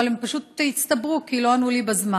אבל הן פשוט הצטברו כי לא ענו לי בזמן.